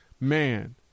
Man